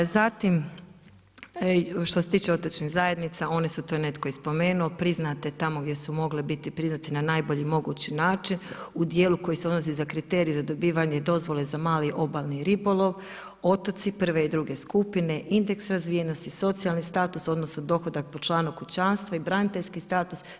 Zatim što se tiče otočnih zajednica one su to je netko i spomenuo priznate tamo gdje su mogle biti priznate na najbolji mogući način u dijelu koji se odnosi na kriterije za dobivanje dozvole za mali obalni ribolov, otoci prve i druge skupine, indeks razvijenosti, socijalni status, odnosno dohodak po članu kućanstva i braniteljski status.